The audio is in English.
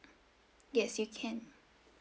yes you can